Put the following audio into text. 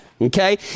okay